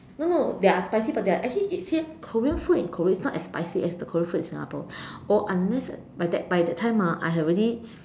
no no they are spicy but they are actually it say Korean food in Korea is not as spicy as the Korean food in Singapore or unless by that by that time ah I had already